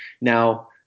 Now